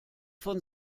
von